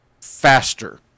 faster